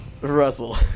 Russell